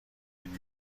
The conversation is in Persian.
این